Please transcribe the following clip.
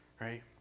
right